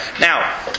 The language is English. Now